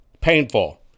painful